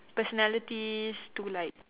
personalities to like